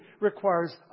requires